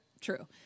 True